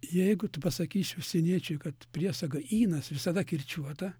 jeigu tu pasakysi užsieniečiui kad priesaga ynas visada kirčiuota